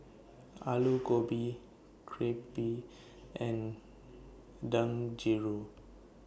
Alu Gobi Crepe and Dangojiru